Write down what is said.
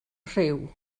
rhyw